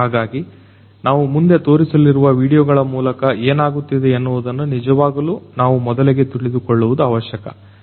ಹಾಗಾಗಿ ನಾವು ಮುಂದೆ ತೋರಿಸಲಿರುವ ವೀಡಿಯೊಗಳ ಮೂಲಕ ಏನಾಗುತ್ತಿದೆ ಎನ್ನುವುದನ್ನ ನಿಜವಾಗಲು ನಾವು ಮೊದಲಿಗೆ ತಿಳಿದುಕೊಳ್ಳುವುದು ಅವಶ್ಯಕ